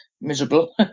miserable